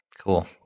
cool